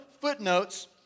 footnotes